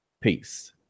peace